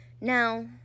now